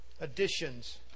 Additions